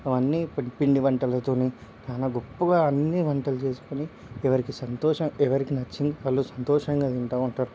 అవన్నీ పి పిండి వంటలతోని చానా గొప్పగా అన్నీ వంటలు చేసుకుని ఎవరికి సంతోష ఎవరికి నచ్చింది వాళ్ళు సంతోషంగా తింటా ఉంటారు